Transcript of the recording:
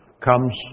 comes